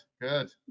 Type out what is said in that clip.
Good